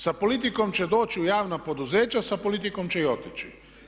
Sa politikom će doći u javna poduzeća sa politikom će otići.